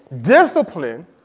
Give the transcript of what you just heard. discipline